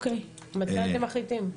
מתי אתם מחליטים?